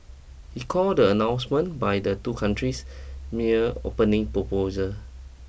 he called the announcement by the two countries mere opening proposal